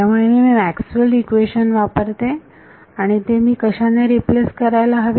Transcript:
त्यामुळे मी Maxwell's equation equation वापरते आणि हे मी कशाने रिप्लेस करायला हवे